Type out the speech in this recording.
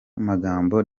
magambo